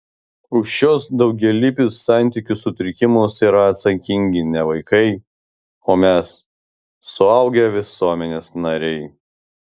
už šiuos daugialypius santykių sutrikimus yra atsakingi ne vaikai o mes suaugę visuomenės nariai